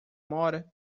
mora